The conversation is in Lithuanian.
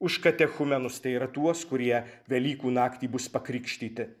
už katechumenus tai yra tuos kurie velykų naktį bus pakrikštyti